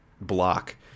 block